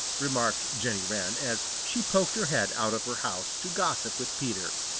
remarked jenny wren, as she poked her head out of her house to gossip with peter.